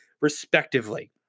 respectively